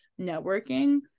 networking